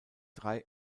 drei